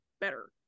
better